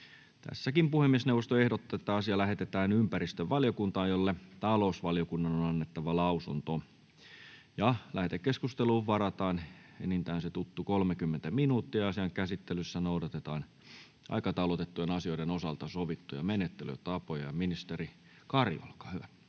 asia. Puhemiesneuvosto ehdottaa, että asia lähetetään ympäristövaliokuntaan, jolle talousvaliokunnan on annettava lausunto. Lähetekeskusteluun varataan enintään se tuttu 30 minuuttia. Asian käsittelyssä noudatetaan aikataulutettujen asioiden osalta sovittuja menettelytapoja. — Ministeri Kari, olkaa hyvä.